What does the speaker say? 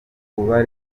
kuba